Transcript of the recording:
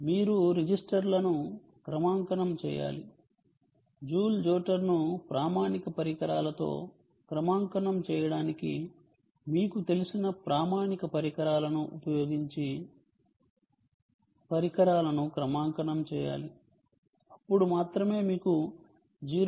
మీరు రిజిస్టర్లను క్రమాంకనం చేయాలి జూల్ జోటర్ను ప్రామాణిక పరికరాలతో క్రమాంకనం చేయడానికి మీకు తెలిసిన ప్రామాణిక పరికరాలను ఉపయోగించి పరికరాలను క్రమాంకనం చేయాలి అప్పుడు మాత్రమే మీకు 0